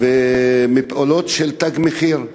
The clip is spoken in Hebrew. מפעולות של "תג מחיר",